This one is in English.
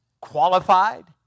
qualified